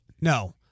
no